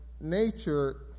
nature